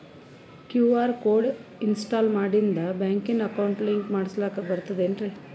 QR code ಇನ್ಸ್ಟಾಲ ಮಾಡಿಂದ ಬ್ಯಾಂಕಿನ ಅಕೌಂಟ್ ಲಿಂಕ ಮಾಡಸ್ಲಾಕ ಬರ್ತದೇನ್ರಿ